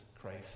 Christ